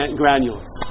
granules